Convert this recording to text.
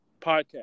podcast